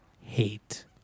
hate